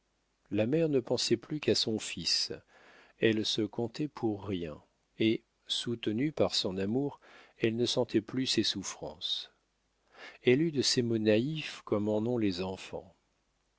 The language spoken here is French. la mère ne pensait plus qu'à son fils elle se comptait pour rien et soutenue par son amour elle ne sentait plus ses souffrances elle eut de ces mots naïfs comme en ont les enfants